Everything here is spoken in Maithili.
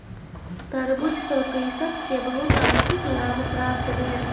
तरबूज सॅ कृषक के बहुत आर्थिक लाभ प्राप्त भेल